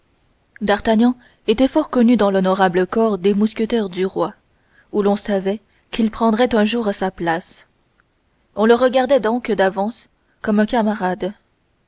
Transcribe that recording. d'artagnan était fort connu dans l'honorable corps des mousquetaires du roi où l'on savait qu'il prendrait un jour sa place on le regardait donc d'avance comme un camarade